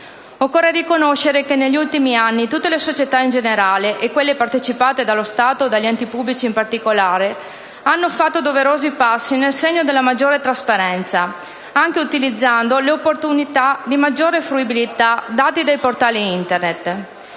Occorre riconoscere che negli ultimi anni tutte le società in generale, e quelle partecipate dallo Stato e dagli enti pubblici in particolare, hanno fatto doverosi passi nel segno della maggiore trasparenza, anche utilizzando le opportunità di maggiore fruibilità dei dati permesse dai portali Internet.